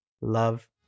Love